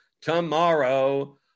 Tomorrow